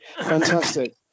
fantastic